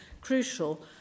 crucial